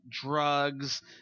drugs